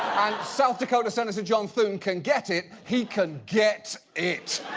south dakota senator john thune can get it, he can get it!